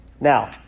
Now